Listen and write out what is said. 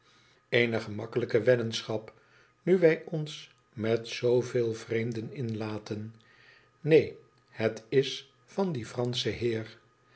ene gemakkelijke weddenschap nu wij ons met zooveel vreemden inlaten neen het is van dien franschen heer